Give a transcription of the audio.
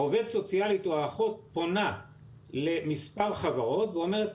העובדת הסוציאלית או האחות פונה למספר חברות ואומרת,